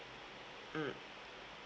mm